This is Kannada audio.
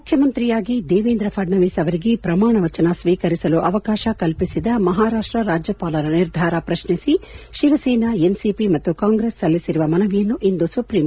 ಮುಖ್ಯಮಂತ್ರಿಯಾಗಿ ದೇವೇಂದ್ರ ಫಡ್ಯವೀಸ್ ಅವರಿಗೆ ಪ್ರಮಾಣವಚನ ಸ್ನೀಕರಿಸಲು ಅವಕಾಶ ಕಲ್ಲಿಸಿದ ಮಹಾರಾಪ್ಟ ರಾಜ್ಯಪಾಲರ ನಿರ್ಧಾರ ಪ್ರಶ್ನಿಸಿ ಶಿವಸೇನಾ ಎನ್ಸಿಪಿ ಮತ್ತು ಕಾಂಗ್ರೆಸ್ ಸಲ್ಲಿಸಿರುವ ಮನವಿಯನ್ನು ಇಂದು ಸುಪ್ರೀಂ ಕೋರ್ಚ್ ಆಲಿಸಲಿದೆ